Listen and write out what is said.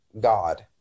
God